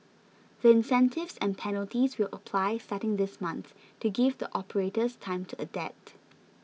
the incentives and penalties will apply starting this month to give the operators time to adapt